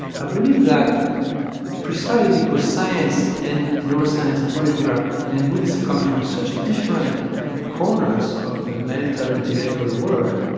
i believe that precisely because science and neuroscience in particular and buddhists come from such different corners of the mental, intellectual world,